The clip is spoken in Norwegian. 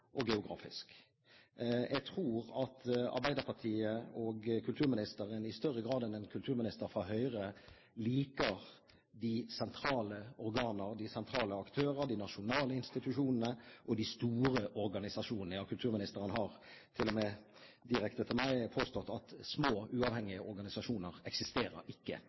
og geografisk. Jeg tror at Arbeiderpartiet og kulturministeren, i større grad enn en kulturminister fra Høyre, liker de sentrale organer, de sentrale aktører, de nasjonale institusjonene og de store organisasjonene. Ja, kulturministeren har til og med direkte overfor meg påstått at små, uavhengige organisasjoner eksisterer ikke